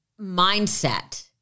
mindset